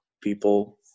people